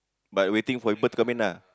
but waiting for people to come in ah